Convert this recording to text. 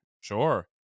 Sure